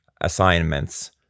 assignments